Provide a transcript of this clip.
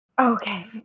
Okay